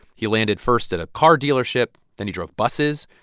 he landed, first, at a car dealership. then he drove buses.